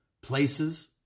places